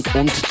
und